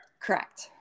correct